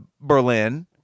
Berlin